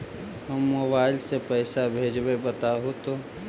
हम मोबाईल से पईसा भेजबई बताहु तो?